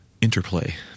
interplay